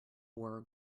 wore